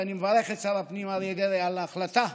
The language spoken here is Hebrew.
ואני מברך את שר הפנים אריה דרעי על ההחלטה,